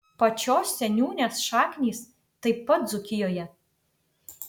pačios seniūnės šaknys taip pat dzūkijoje